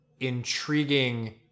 intriguing